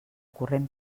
corrent